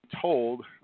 told